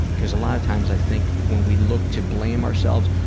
because a lot of times, i think when we look to blame ourselves,